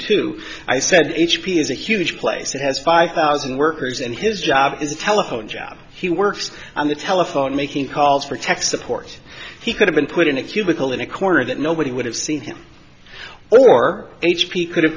too i said h p is a huge place that has five thousand workers and his job is a telephone job he works on the telephone making calls for tech support he could have been put in a cubicle in a corner that nobody would have seen him or h p could